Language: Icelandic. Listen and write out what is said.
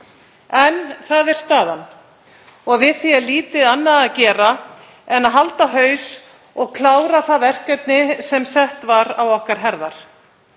En það er staðan og við því er lítið annað að gera en að halda haus og klára það verkefni sem sett var á okkar herðar.